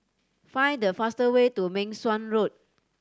find the fast way to Meng Suan Road